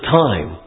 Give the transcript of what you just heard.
time